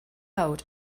out